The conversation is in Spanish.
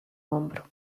hombro